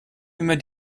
immer